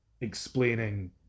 explaining